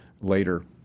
later